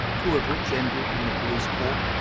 two of which ended in the police-court,